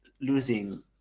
losing